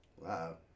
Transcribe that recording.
Wow